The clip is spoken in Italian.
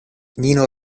nino